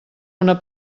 una